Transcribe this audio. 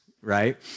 right